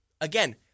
Again